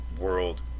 world